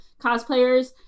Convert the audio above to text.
cosplayers